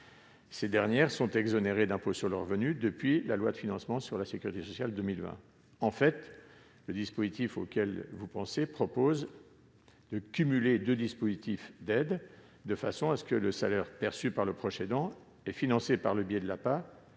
Ces sommes sont exonérées d'impôt sur le revenu depuis la loi de financement sur la sécurité sociale pour 2020. En fait, le dispositif proposé prévoit de cumuler deux dispositifs d'aide pour que le salaire perçu par le proche aidant et financé par le biais de l'APA